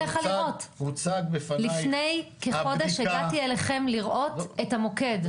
שהוצג לפני -- לפני כחודש הגעתי אליכם לראות את המוקד.